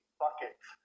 buckets